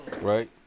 Right